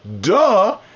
duh